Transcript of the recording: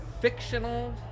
Fictional